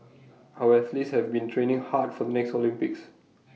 our athletes have been training hard for the next Olympics